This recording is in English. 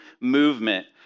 movement